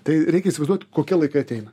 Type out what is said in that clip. tai reikia įsivaizduot kokie laikai ateina